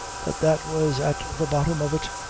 that that was at the bottom of it.